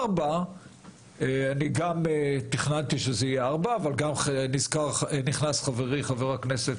4. גיוון תעסוקתי: נכנס חבר הכנסת